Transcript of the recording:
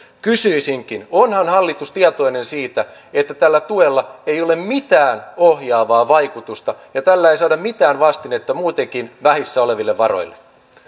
kysyisinkin onhan hallitus tietoinen siitä että tällä tuella ei ole mitään ohjaavaa vaikutusta ja tällä ei saada mitään vastinetta muutenkin vähissä oleville varoille